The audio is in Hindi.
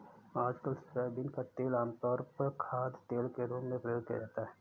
आजकल सोयाबीन का तेल आमतौर पर खाद्यतेल के रूप में प्रयोग किया जाता है